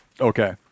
Okay